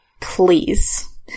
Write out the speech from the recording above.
please